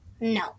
No